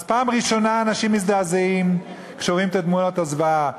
אז פעם ראשונה אנשים מזדעזעים כשרואים את תמונות הזוועה,